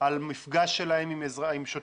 על מפגש שלהם עם שוטרים?